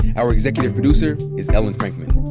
our executive producer is ellen frankman.